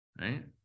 right